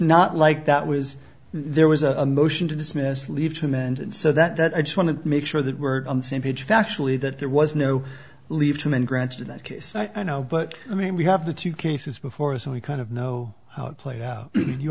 not like that was there was a motion to dismiss leave him and so that i just want to make sure that we're on the same page factually that there was no leave two men granted that case i know but i mean we have the two cases before us and we kind of know how it played out you